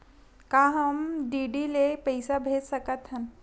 का हम डी.डी ले पईसा भेज सकत हन?